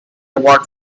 award